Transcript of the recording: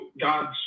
God's